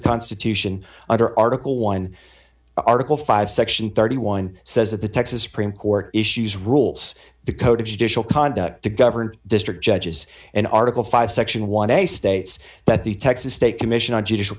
constitution under article one article five section thirty one says that the texas supreme court issues rules the code of judicial conduct to govern district judges and article five section one a states that the texas state commission on judicial